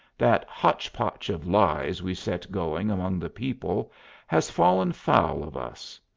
that hotch-pot of lies we set going among the people has fallen foul of us.